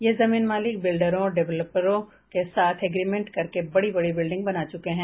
ये जमीन मालिक बिल्डरों और डेवलपरों के साथ एग्रिमेंट करके बड़ी बड़ी बल्डिंग बना चुके हैं